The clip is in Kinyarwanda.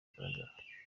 zigaragara